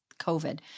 COVID